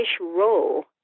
role